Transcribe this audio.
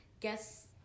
Guess